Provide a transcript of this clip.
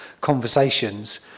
conversations